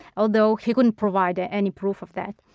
although couldn't provide ah any proof of that.